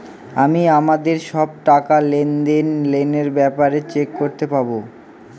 আমি আমাদের সব টাকা, লেনদেন, লোনের ব্যাপারে চেক করতে পাবো